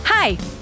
Hi